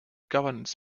governance